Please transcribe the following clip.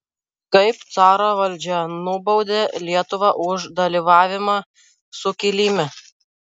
kaip caro valdžia nubaudė lietuvą už dalyvavimą sukilime